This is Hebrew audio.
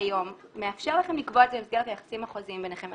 היום מאפשר לכם לקבוע את זה במסגרת היחסים החוזיים ביניכם.